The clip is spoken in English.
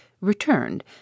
returned